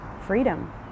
freedom